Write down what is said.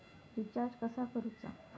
Recharge कसा करूचा?